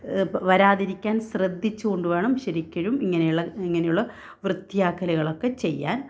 വരാതിരിക്കാൻ ശ്രദ്ധിച്ച് കൊണ്ടുവേണം ശരിക്കും ഇങ്ങനെയുള്ള ഇങ്ങനെയുള്ള വൃത്തിയാക്കലുകളൊക്കെ ചെയ്യാൻ